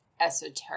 esoteric